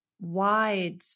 wide